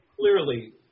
clearly